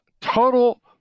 total